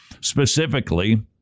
Specifically